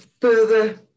further